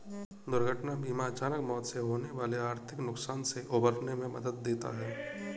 दुर्घटना बीमा अचानक मौत से होने वाले आर्थिक नुकसान से उबरने में मदद देता है